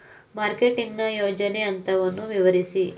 Marketing ನ ಯೋಜನಾ ಹಂತವನ್ನು ವಿವರಿಸಿ?